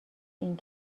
این